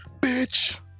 BITCH